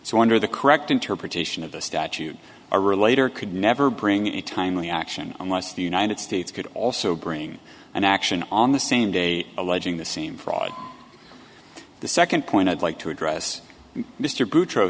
so under the correct interpretation of the statute a relator could never bring a timely action unless the united states could also bring an action on the same day alleging the same fraud the second point i'd like to address mr